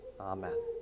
Amen